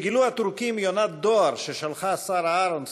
לאחר שגילו הטורקים יונת דואר ששלחה שרה אהרונסון,